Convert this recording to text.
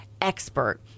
expert